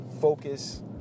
focus